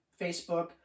Facebook